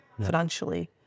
financially